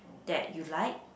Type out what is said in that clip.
that you like